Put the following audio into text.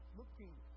looking